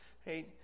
hey